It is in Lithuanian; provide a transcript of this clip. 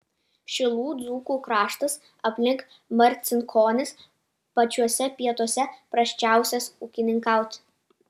šilų dzūkų kraštas aplink marcinkonis pačiuose pietuose prasčiausias ūkininkauti